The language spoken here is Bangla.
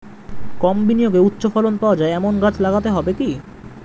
কম বিনিয়োগে উচ্চ ফলন পাওয়া যায় এমন গাছ লাগাতে হবে কি?